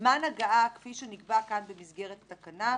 זמן הגעה כפי שנקבע כאן, במסגרת התקנה,